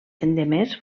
endemés